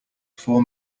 four